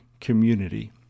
community